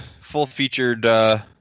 full-featured